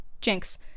Jinx